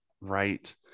right